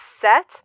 set